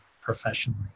professionally